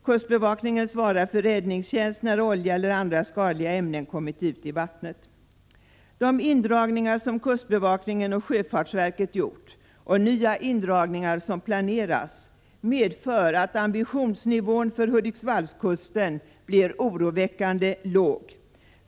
Kustbevakningen svarar för räddningstjänst när olja eller andra skadliga ämnen kommit ut i vattnet. De indragningar som kustbevakningen och Sjöfartsverket gjort, och nya indragningar som planeras, medför att ambitionsnivån för Hudiksvallskusten blir oroväckande låg.